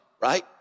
right